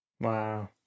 Wow